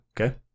okay